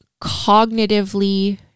cognitively